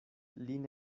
lin